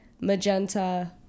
Magenta